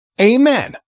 Amen